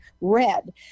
red